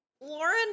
Lauren